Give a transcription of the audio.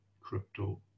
crypto